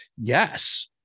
yes